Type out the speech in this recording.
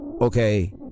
Okay